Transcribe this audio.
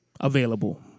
available